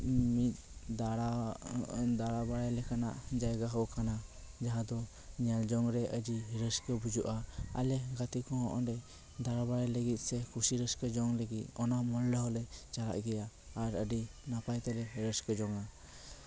ᱢᱤᱫ ᱫᱟᱲᱟ ᱫᱟᱲᱟ ᱵᱟᱲᱟᱭ ᱞᱮᱠᱟᱱᱟᱜ ᱡᱟᱭᱜᱟ ᱦᱚᱸ ᱠᱟᱱᱟ ᱡᱟᱦᱟᱸ ᱫᱚ ᱧᱮᱞ ᱡᱚᱝ ᱨᱮ ᱟᱹᱰᱤ ᱨᱟᱹᱥᱠᱟᱹ ᱵᱩᱡᱩᱜᱼᱟ ᱟᱞᱮ ᱦᱚᱸ ᱜᱟᱛᱮ ᱠᱚᱜᱚᱸ ᱚᱸᱰᱮ ᱫᱟᱲᱟ ᱵᱟᱲᱟᱭ ᱞᱟᱹᱜᱤᱫ ᱥᱮ ᱠᱩᱥᱤ ᱨᱟᱹᱥᱠᱟᱹ ᱡᱚᱝ ᱞᱟᱹᱜᱤᱫ ᱚᱱᱟ ᱢᱚᱞ ᱨᱮᱦᱚᱸ ᱞᱮ ᱪᱟᱞᱟᱜ ᱜᱮᱭᱟ ᱟᱨ ᱟᱹᱰᱤ ᱱᱟᱯᱟᱭ ᱛᱮᱞᱮ ᱨᱟᱹᱥᱠᱟᱹ ᱡᱚᱝ ᱟ